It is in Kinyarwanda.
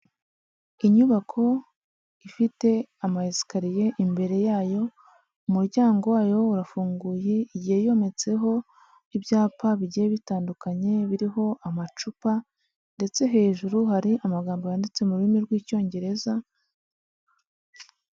Inyubako ifite ama esikariye imbere yayo, umuryango wayo urafunguye igihe yometseho ibyapa bigiye bitandukanye, biriho amacupa ndetse hejuru hari amagambo yanditse mu rurimi rw'Icyongereza.